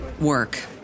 work